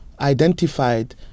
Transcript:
identified